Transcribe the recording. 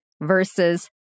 versus